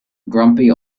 grumpy